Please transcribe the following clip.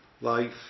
life